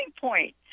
point